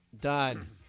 Done